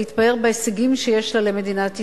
להתפאר בהישגים שיש לה למדינת ישראל.